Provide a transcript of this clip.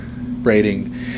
rating